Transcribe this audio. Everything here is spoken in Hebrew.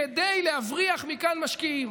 כדי להבריח מכאן משקיעים,